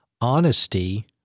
honesty